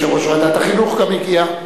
גם יושב-ראש ועדת החינוך הגיע.